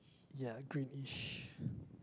ya greenish